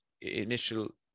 initial